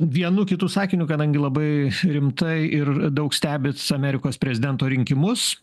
vienu kitu sakiniu kadangi labai rimtai ir daug stebit amerikos prezidento rinkimus